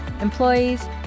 employees